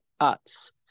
arts